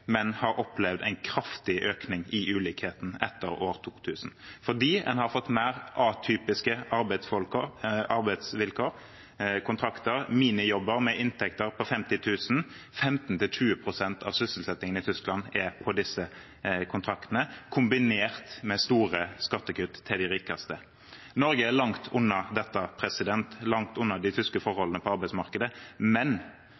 men de har opplevd en kraftig økning i ulikheten etter år 2 000, fordi en har fått mer atypiske arbeidsvilkår og kontrakter, minijobber med inntekt på 50 000 – 15–20 pst. av sysselsettingen i Tyskland er på disse kontraktene – kombinert med store skattekutt til de rikeste. Norge er langt unna dette, langt unna de tyske forholdene på arbeidsmarkedet, men